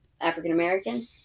African-American